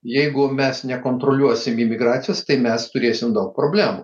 jeigu mes nekontroliuosim imigracijos tai mes turėsim daug problemų